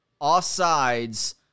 offsides